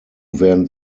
werden